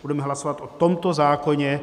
Budeme hlasovat o tomto zákoně.